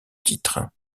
titre